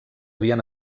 havien